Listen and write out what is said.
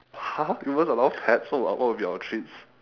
!huh! you won't allow pets so what what will be our treats